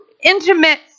intimate